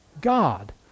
God